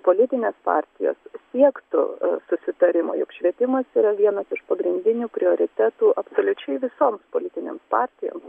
politinės partijos siektų susitarimo juk švietimas yra vienas iš pagrindinių prioritetų absoliučiai visoms politinėms partijoms